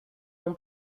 mon